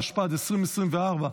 התשפ"ד 2024,